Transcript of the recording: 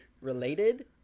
related